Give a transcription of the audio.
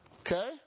Okay